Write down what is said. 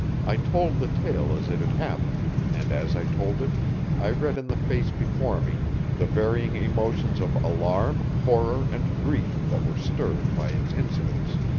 i told the tale as it had happened, and as i told it i read in the face before me the varying emotions of alarm, horror and grief that were stirred by its incidents.